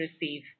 receive